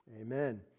Amen